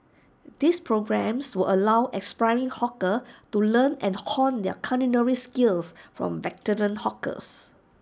this programmes will allow aspiring hawkers to learn and hone their culinary skills from veteran hawkers